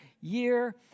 year